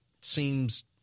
seems